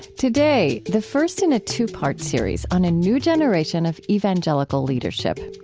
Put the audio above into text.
today, the first in a two-part series on a new generation of evangelical leadership.